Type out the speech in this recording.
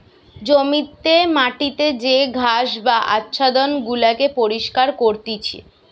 জমিতে মাটিতে যে ঘাস বা আচ্ছাদন গুলাকে পরিষ্কার করতিছে